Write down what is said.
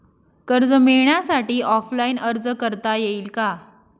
कर्ज मिळण्यासाठी ऑफलाईन अर्ज करता येईल का?